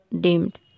dimmed